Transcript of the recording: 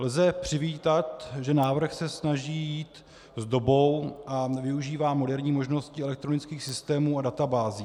Lze přivítat, že návrh se snaží jít s dobou a využívá moderní možnosti elektronických systémů a databází.